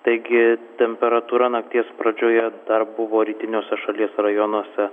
taigi temperatūra nakties pradžioje dar buvo rytiniuose šalies rajonuose